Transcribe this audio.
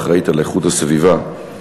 האחראית לאיכות הסביבה,